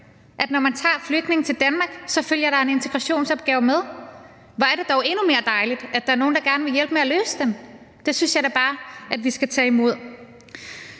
at når man tager flygtninge til Danmark, så følger der en integrationsopgave med. Hvor er det dog endnu mere dejligt, at der er nogle, der gerne vil hjælpe med at løse den. Det synes jeg da bare at vi skal tage imod.